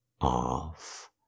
off